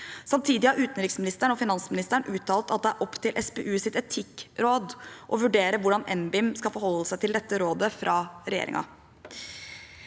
Samtidig har utenriksministeren og finansministeren uttalt at det er opp til SPUs etikkråd å vurdere hvordan NBIM skal forholde seg til dette rådet fra regjeringen.